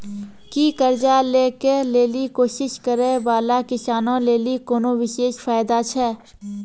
कि कर्जा लै के लेली कोशिश करै बाला किसानो लेली कोनो विशेष फायदा छै?